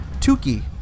Tukey